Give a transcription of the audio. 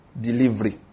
delivery